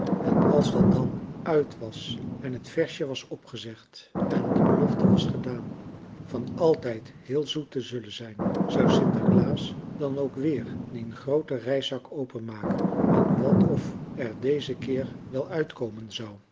en als dat dan uit was en het versje was opgezegd en de belofte was gedaan van altijd heel zoet te zullen zijn zou sinterklaas dan ook weer dien grooten reiszak openmaken en wat of er dézen keer wel uitkomen zou